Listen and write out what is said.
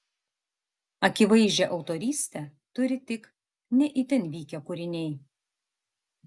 akivaizdžią autorystę turi tik ne itin vykę kūriniai